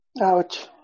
Ouch